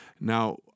now